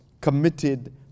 committed